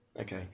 Okay